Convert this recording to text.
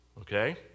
Okay